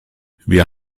wir